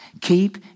Keep